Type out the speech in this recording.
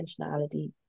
intentionality